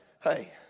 hey